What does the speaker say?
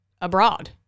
abroad